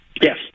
Yes